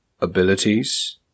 abilities